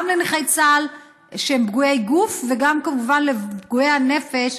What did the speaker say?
גם לנכי צה"ל שהם פגועי גוף וגם כמובן לפגועי הנפש,